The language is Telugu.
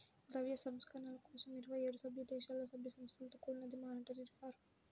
ద్రవ్య సంస్కరణల కోసం ఇరవై ఏడు సభ్యదేశాలలో, సభ్య సంస్థలతో కూడినదే మానిటరీ రిఫార్మ్